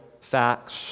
facts